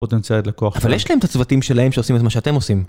פוטנציאל לקוח אבל יש להם את הצוותים שלהם שעושים את מה שאתם עושים